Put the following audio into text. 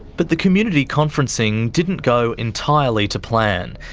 but the community conferencing didn't go entirely to plan.